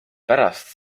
pärast